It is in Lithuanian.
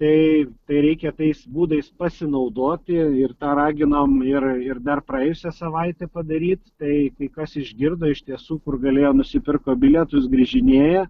tai tai reikia tais būdais pasinaudoti ir tą raginom ir ir dar praėjusią savaitę padaryt tai kai kas išgirdo iš tiesų kur galėjo nusipirko bilietus grįžinėja